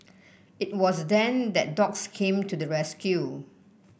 it was then that dogs came to the rescue